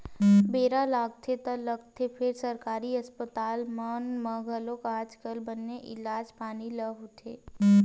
बेरा लगथे ता लगथे फेर सरकारी अस्पताल मन म घलोक आज कल बने इलाज पानी ह होथे